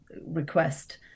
request